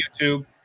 YouTube